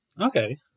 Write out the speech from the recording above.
Okay